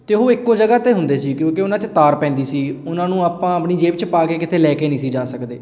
ਅਤੇ ਉਹ ਇੱਕੋ ਜਗ੍ਹਾ 'ਤੇ ਹੁੰਦੇ ਸੀ ਕਿਉਂਕਿ ਉਹਨਾਂ 'ਚ ਤਾਰ ਪੈਂਦੀ ਸੀ ਉਹਨਾਂ ਨੂੰ ਆਪਾਂ ਆਪਣੀ ਜੇਬ 'ਚ ਪਾ ਕੇ ਕਿਤੇ ਲੈ ਕੇ ਨਹੀਂ ਸੀ ਜਾ ਸਕਦੇ